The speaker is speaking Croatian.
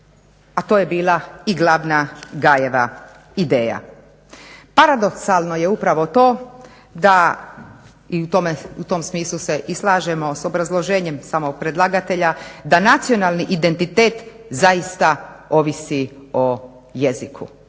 a to je bila glavna Gajeva ideja. Paradoksalno je upravo to da u tom smislu se slažemo s obrazloženjem samog predlagatelja da nacionalni identitet zaista ovisi o jeziku.